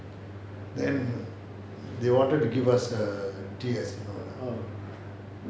then they wanted to give us err tea